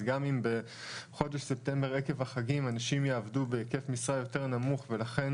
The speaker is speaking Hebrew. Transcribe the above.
אז גם אם בחודש ספטמבר עקב החגים אנשים יעבדו בהיקף משרה יותר נמוך ולכן